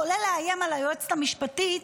כולל לאיים על היועצת המשפטית,